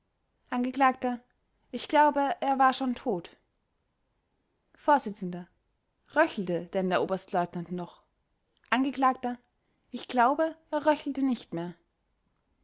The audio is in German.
angekl ich glaube er war schon tot vors röchelte denn der oberstleutnant noch angekl ich glaube er röchelte nicht mehr